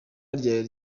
ryari